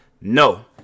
no